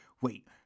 wait